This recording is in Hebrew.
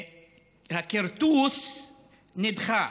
הכרטוס נדחה.